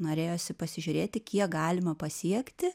norėjosi pasižiūrėti kiek galima pasiekti